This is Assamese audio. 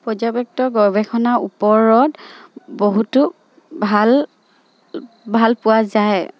গৱেষণা ওপৰত বহুতো ভাল ভাল পোৱা যায়